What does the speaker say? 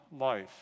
life